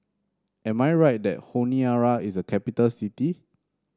am I right that Honiara is a capital city